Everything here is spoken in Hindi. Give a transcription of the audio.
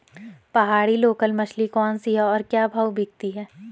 पहाड़ी लोकल मछली कौन सी है और क्या भाव बिकती है?